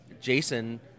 Jason